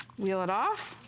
peel it off,